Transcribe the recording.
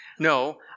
No